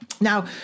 Now